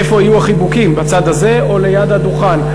איפה יהיו החיבוקים, בצד הזה או ליד הדוכן?